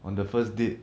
on the first date